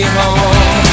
home